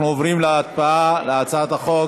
אנחנו עוברים להצבעה על הצעת החוק